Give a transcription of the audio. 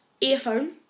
earphone